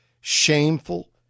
shameful